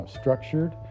structured